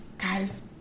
Guys